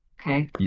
Okay